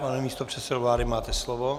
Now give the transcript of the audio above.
Pane místopředsedo vlády, máte slovo.